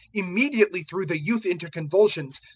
immediately threw the youth into convulsions,